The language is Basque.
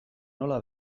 nola